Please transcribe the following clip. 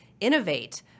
Innovate